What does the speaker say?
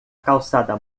calçada